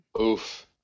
oof